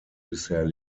bisher